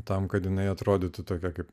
tam kad jinai atrodytų tokia kaip